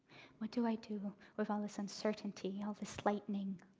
what do i do with all this uncertainty, all this lightning?